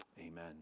Amen